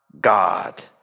God